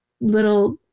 little